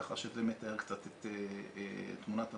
כך שזה מתאר קצת את תמונת העבר.